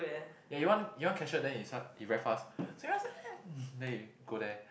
ya you want you want cashier then he's he very fast sumimasen then you go there